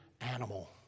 animal